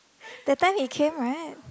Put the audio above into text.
that time he came right